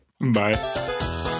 Bye